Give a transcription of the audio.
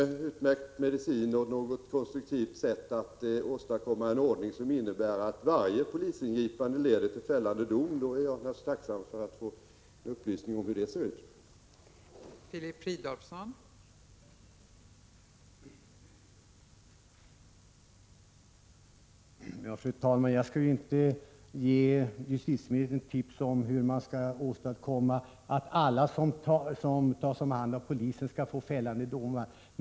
Har herr Fridolfsson någon utmärkt medicin och kan han anvisa något konstruktivt sätt att åstadkomma en ordning som innebär att varje polisingripande leder till fällande dom, då är jag naturligtvis tacksam för upplysning om hur det förfarandet ser ut.